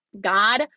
God